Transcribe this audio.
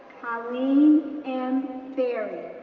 colleen anne ferrie,